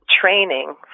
training